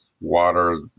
water